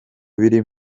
biri